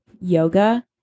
yoga